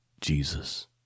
Jesus